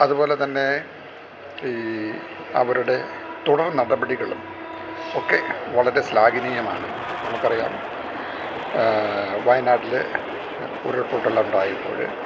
അതുപോലെത്തന്നെ ഈ അവരുടെ തുടർ നടപടികളുമൊക്കെ വളരെ ശ്ലാഘനീയമാണ് നമുക്കറിയാം വയനാട്ടില് ഉരുൾപൊട്ടൽ ഉണ്ടായപ്പോള്